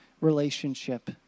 relationship